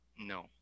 No